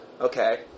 okay